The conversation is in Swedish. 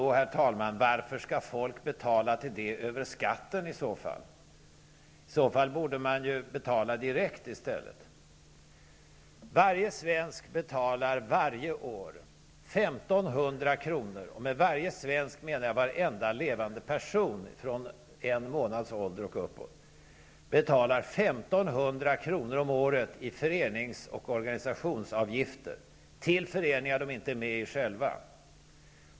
Men, herr talman, varför skall folk betala till det över skatten? I så fall borde man i stället betala direkt. Varje svensk -- och då menar jag varenda levande person från en månads ålder och uppåt -- betalar 1 500 kr. om året i förenings och organisationsavgifter till föreningar som de inte är med i själva.